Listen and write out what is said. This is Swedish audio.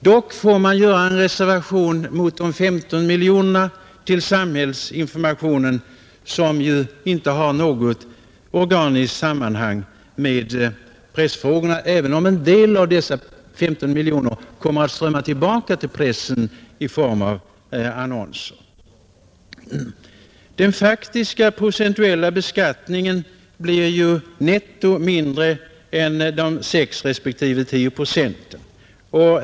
Dock får man göra en reservation mot de 15 miljonerna till samhällsinformationen som ju inte har något organiskt samband med pressfrågorna, även om en del av dessa 15 miljoner kommer att strömma tillbaka till pressen i form av annonser. Den faktiska procentuella beskattningen blir ju netto mindre än de 6 respektive 10 procenten.